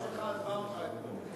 התנועה שלך עזבה אותך אתמול.